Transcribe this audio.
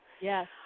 Yes